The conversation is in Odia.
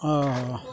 ଓଁ ହଁ